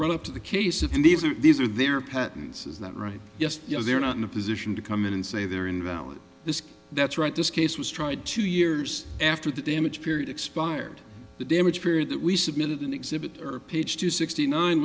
run up to the case of and these are these are their patents is that right yes yes they're not in a position to come in and say they're invalid this that's right this case was tried two years after the damage period expired the damage period that we submitted in exhibit page to sixty nine